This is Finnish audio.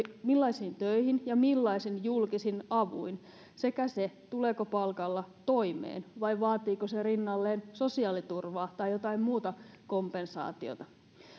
millaisiin töihin ja millaisin julkisin avuin sekä se tuleeko palkalla toimeen vai vaatiiko se rinnalleen sosiaaliturvaa tai jotain muuta kompensaatiota